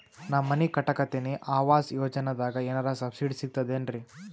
ನಾ ಮನಿ ಕಟಕತಿನಿ ಆವಾಸ್ ಯೋಜನದಾಗ ಏನರ ಸಬ್ಸಿಡಿ ಸಿಗ್ತದೇನ್ರಿ?